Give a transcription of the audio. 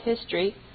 history